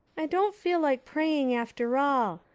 i don't feel like praying after all.